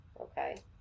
Okay